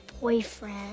boyfriend